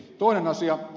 toinen asia